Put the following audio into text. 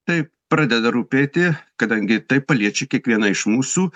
taip pradeda rūpėti kadangi tai paliečia kiekvieną iš mūsų